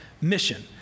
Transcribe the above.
mission